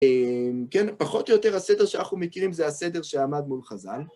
כן, פחות או יותר הסדר שאנחנו מכירים זה הסדר שעמד מול חז"ל.